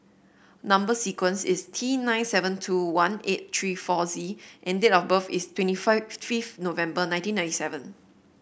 number sequence is T nine seven two one eight three four Z and date of birth is twenty five fifth November nineteen ninety seven